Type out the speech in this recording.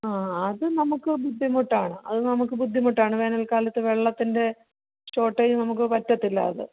ആ അത് നമുക്ക് ബുദ്ധിമുട്ടാണ് അത് നമുക്ക് ബുദ്ധിമുട്ടാണ് വേനൽക്കാലത്ത് വെള്ളത്തിന്റെ ഷോട്ടേജ് നമുക്ക് പറ്റത്തില്ല അത്